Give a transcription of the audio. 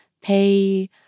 pay